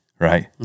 right